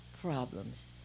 problems